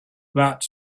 that